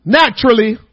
naturally